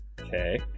Okay